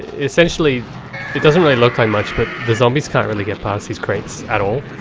essentially it doesn't really look like much, but the zombies can't really get past these crates at all.